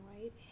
right